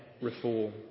reform